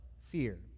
fear